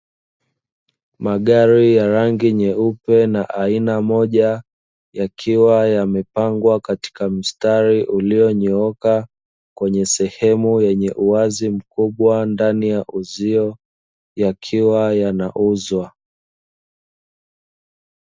Magari ya rangi nyeupe na aina moja yakiwa yamepangwa katika mstari ulionyooka kwenye sehemu yenye uwazi mkubwa ndani ya uzio yakiwa yanauzwa.